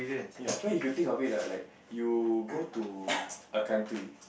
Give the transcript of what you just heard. ya cause you think of it I like you go to a country